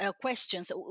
questions